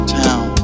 town